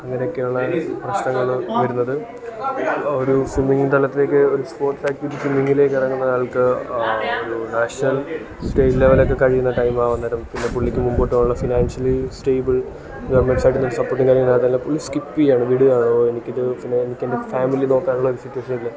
അങ്ങനൊക്കെയുള്ള പ്രശ്നങ്ങൾ വരുന്നത് ഒരു സ്വിമ്മിങ് തലത്തിലേക്ക് ഒരു സ്പോർട്സ് ട്രാക്കിൽ സ്വിമ്മിങ്ങിലേക്ക് ഇറങ്ങുന്ന ആൾക്ക് ഒരു നാഷ്ണൽ സ്റ്റേറ്റ് ലെവലൊക്കെ കഴിയുന്ന ടൈമാകുന്നേരം പിന്നെ പുള്ളിക്ക് മുമ്പോട്ട് പോകാനുള്ള ഫിനാൻഷ്യലി സ്റ്റെയ്ബിൾ ഗവൺമെൻറ്റിൻറ്റെ സൈഡീന്ന് ഒരു സപ്പോട്ടില്ലാത്ത കാരണം പുള്ളി സ്കിപ്പിയാണ് വിടാണ് ഓയെനിക്കിത് എനിക്കെൻറ്റെ ഫാമിലി നോക്കാനുള്ള ഒരു സിറ്റ്വേഷനില്ല